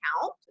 count